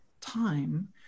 time